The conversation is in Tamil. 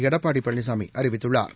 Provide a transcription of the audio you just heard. எடப்பாடி பழனிசாமி அறிவித்துள்ளா்